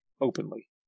openly